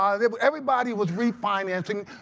i mean everybody was refinancing.